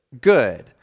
good